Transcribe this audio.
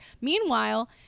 meanwhile